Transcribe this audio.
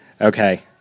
Okay